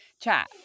chat